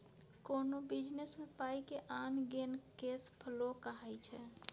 कोनो बिजनेस मे पाइ के आन गेन केस फ्लो कहाइ छै